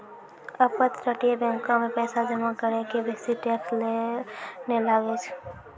अपतटीय बैंको मे पैसा जमा करै के बेसी टैक्स नै लागै छै